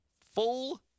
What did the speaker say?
full